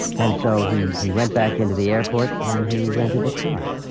and so he he went back into the airport and he rented a car,